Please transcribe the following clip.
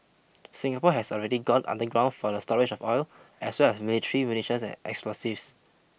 Singapore has already gone underground for the storage of oil as well as military munitions and explosives